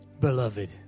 beloved